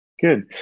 Good